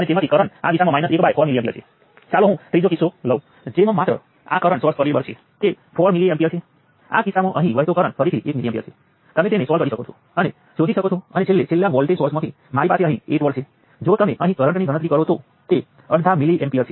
તેથી જ્યારે પણ તમે કરંટ કિસ્સામાં કરંટ સોર્સો છે તેવા સોર્સોને બદલો ત્યારે સોર્સ વેક્ટર બદલાય છે